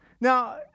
Now